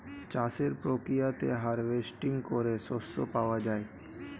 চাষের প্রক্রিয়াতে হার্ভেস্টিং করে শস্য পাওয়া যায়